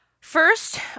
First